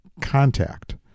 contact